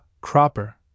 cropper